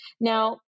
Now